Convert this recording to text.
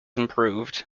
improved